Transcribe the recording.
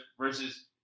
versus